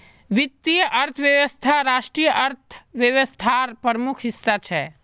वीत्तिये अर्थवैवस्था राष्ट्रिय अर्थ्वैवास्थार प्रमुख हिस्सा छे